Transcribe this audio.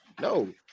No